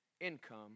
income